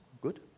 good